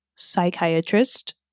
psychiatrist